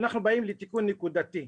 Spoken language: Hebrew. אנחנו באים לתיקון נקודתי,